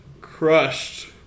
crushed